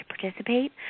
participate